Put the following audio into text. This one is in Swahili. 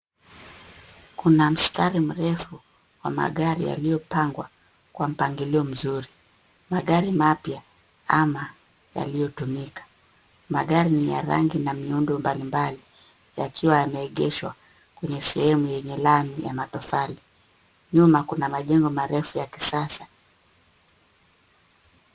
Kuna mstari mrefu wa magari yaliopangwa kwa mpangilio mzuri, magari mapya ama yaliyotumika. Magari ni ya rangi na miundo mbalimbali yakiwa yameegeshwa kwenye sehemu yenye lami ya matofali. Nyuma kuna majengo marefu ya kisasa.